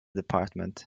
department